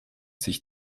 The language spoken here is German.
sich